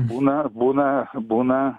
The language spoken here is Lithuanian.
būna būna būna